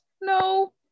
no